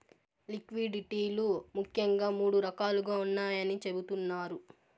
liquidity లు ముఖ్యంగా మూడు రకాలుగా ఉన్నాయని చెబుతున్నారు